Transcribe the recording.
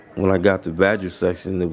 when i got to badger section,